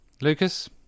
Lucas